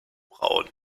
braun